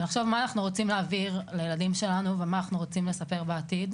ולחשוב מה אנחנו רוצים להעביר לילדים שלנו ומה אנחנו רוצים לספר בעתיד,